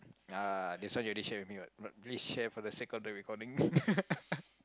ya this one you already share with me what but please share for the sake of the recording